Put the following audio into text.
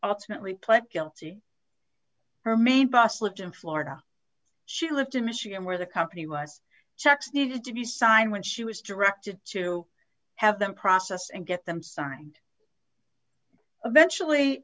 ultimately pled guilty her main boss lived in florida she lived in michigan where the company was checks needed to be signed when she was directed to have them process and get them signed eventual